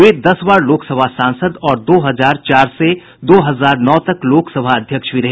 वे दस बार लोकसभा सांसद और दो हजार चार से दो हजार नौ तक लोकसभा अध्यक्ष भी रहे